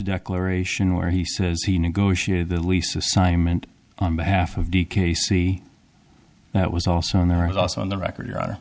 declaration where he says he negotiated the lease assignment on behalf of d k c that was also in there is also on the record your honor